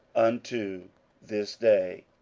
unto this day.